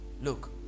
look